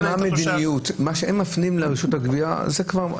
כן היית תושב.